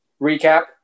recap